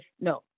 no